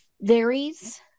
varies